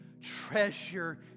treasure